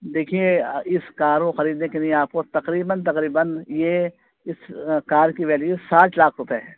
دیکھیے اس کار کو خریدنے کے لیے آپ کو تقریباً تقریباً یہ اس کار کی ویلیو ساٹھ لاکھ روپے ہے